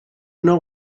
know